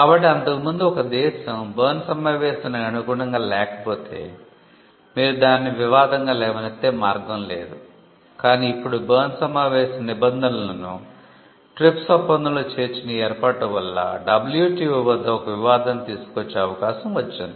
కాబట్టి అంతకుముందు ఒక దేశం బెర్న్ సమావేశానికి అనుగుణంగా లేకపోతే మీరు దానిని వివాదంగా లేవనెత్తే మార్గం లేదు కానీ ఇప్పుడు బెర్న్ సమావేశం నిబంధనలను TRIPS ఒప్పందంలో చేర్చిన ఈ ఏర్పాటు వల్ల WTO వద్ద ఒక వివాదాన్ని తీసుకొచ్చే అవకాశo వచ్చింది